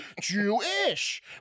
Jewish